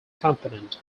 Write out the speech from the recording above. component